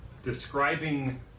Describing